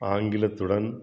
ஆங்கிலத்துடன்